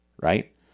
Right